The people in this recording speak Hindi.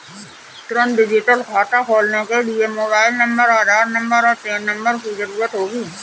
तुंरत डिजिटल खाता खोलने के लिए मोबाइल नंबर, आधार नंबर, और पेन नंबर की ज़रूरत होगी